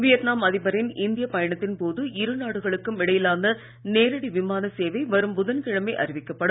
Vietnam அதிபரின் இந்திய பயணத்தின் போது இரு நாடுகளுக்கும் இடையிலான நேரடி விமான சேவை வரும் புதன்கிழமை அறிவிக்கப்படும்